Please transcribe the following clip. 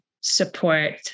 support